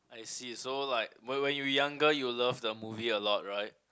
I see so like when when you are younger you love the movie a lot right